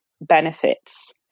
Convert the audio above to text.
benefits